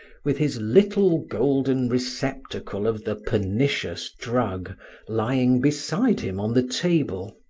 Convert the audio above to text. with his little golden receptacle of the pernicious drug lying beside him on the table.